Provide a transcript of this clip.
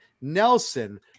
Nelson